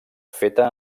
feta